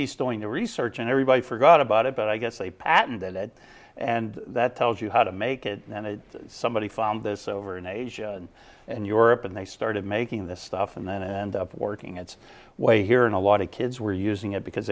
he's doing the research and everybody forgot about it but i guess a patent that and that tells you how to make it and somebody found this over in asia and europe and they started making this stuff and then end up working its way here and a lot of kids were using it because